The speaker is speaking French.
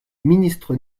ministre